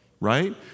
right